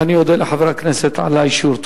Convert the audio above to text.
ואני אודה לחברי הכנסת על האישור.